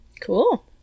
cool